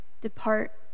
Depart